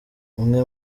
umwe